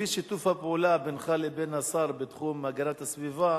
לפי שיתוף הפעולה בינך לבין השר בתחום הגנת הסביבה